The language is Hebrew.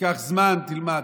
קח זמן, תלמד,